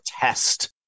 test